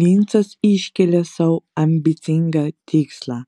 lincas iškėlė sau ambicingą tikslą